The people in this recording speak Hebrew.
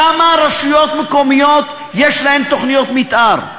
לכמה רשויות מקומיות יש תוכניות מתאר?